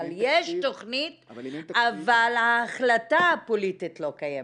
יש תכנית אבל ההחלטה הפוליטית לא קיימת.